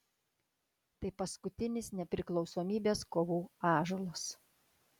tai paskutinis nepriklausomybės kovų ąžuolas